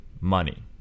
money